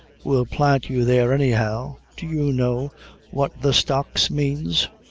we'll plant you there any how. do you know what the stocks manes?